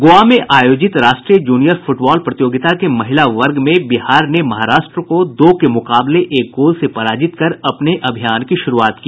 गोवा में आयोजित राष्ट्रीय जूनियर फुटबॉल प्रतियोगिता के महिला वर्ग में बिहार ने महाराष्ट्र को दो के मुकाबले एक गोल से पराजित कर अपने अभियान की शुरूआत की